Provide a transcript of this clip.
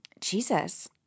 Jesus